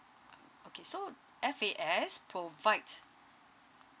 uh okay so F_A_S provide